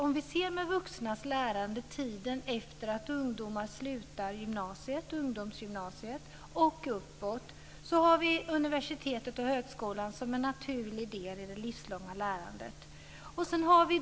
Tiden efter det att ungdomar slutar ungdomsgymnasiet finns universitetet och högskolan som en naturlig del i det livslånga lärandet.